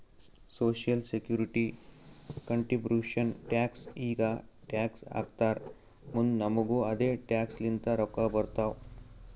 social security contribution tax ಈಗ tax ಹಾಕ್ತಾರ್ ಮುಂದ್ ನಮುಗು ಅದೆ ಟ್ಯಾಕ್ಸ್ ಲಿಂತ ರೊಕ್ಕಾ ಬರ್ತಾವ್